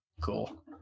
Cool